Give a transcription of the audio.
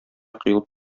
коелып